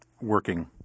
working